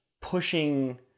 pushing